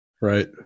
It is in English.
Right